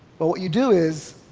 well, what you do is,